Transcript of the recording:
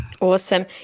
Awesome